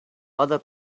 other